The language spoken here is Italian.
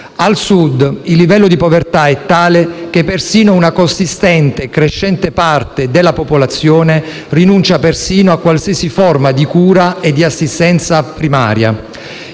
Al Sud il livello di povertà è tale che persino una consistente e crescente parte della popolazione rinuncia a qualsiasi forma di cura e di assistenza primaria.